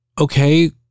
okay